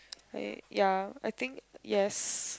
ya I think yes